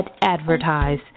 advertise